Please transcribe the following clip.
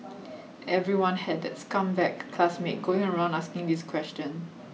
everyone had that scumbag classmate going around asking this question